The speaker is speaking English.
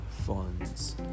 Funds